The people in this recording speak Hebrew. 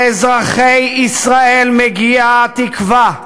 לאזרחי ישראל מגיעה תקווה,